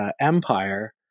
empire